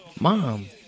Mom